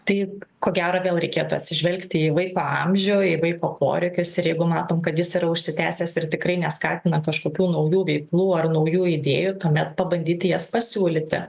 tai ko gera gal reikėtų atsižvelgti į vaiko amžių į vaiko poreikius ir jeigu matom kad jis yra užsitęsęs ir tikrai neskatina kažkokių naujų veiklų ar naujų idėjų tuomet pabandyti jas pasiūlyti